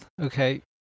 Okay